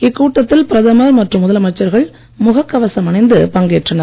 இக் கூட்டத்தில் பிரதமர் மற்றும் முதலமைச்சர்கள் முக கவசம் அணிந்து பங்கேற்றனர்